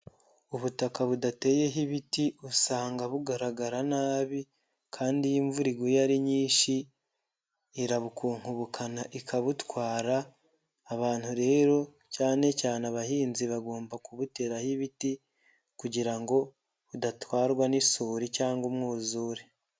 Ubutaka budateyeho ibiti usanga bugaragara nabi kandi iyo imvura iguye ari nyinshi irabukonkobokana ikabutwara abantu rero cyane cyane abahinzi bagomba kubuteraho ibiti kugira ngo udatwarwa n'isuri cyangwa umwuzure.